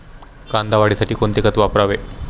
कांदा वाढीसाठी कोणते खत वापरावे?